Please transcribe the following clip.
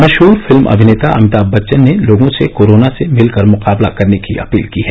मशहर film अभिनेता अभिताम बच्चन ने लोगों से कोरोना से मिलकर मुकाबला करने की अपील की है